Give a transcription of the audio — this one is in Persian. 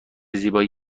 زیبایی